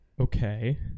Okay